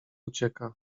ucieka